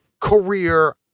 career